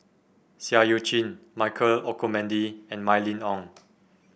Seah Eu Chin Michael Olcomendy and Mylene Ong